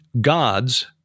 gods